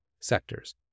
sectors